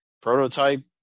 prototype